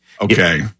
Okay